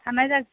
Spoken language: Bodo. थानाय जागा